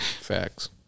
Facts